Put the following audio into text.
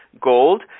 gold